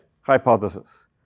hypothesis